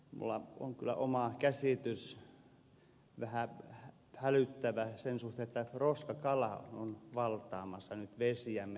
minulla on kyllä oma käsitykseni vähän hälyttävä sen suhteen että roskakala on nyt valtaamassa vesiämme